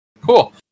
Cool